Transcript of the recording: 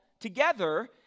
together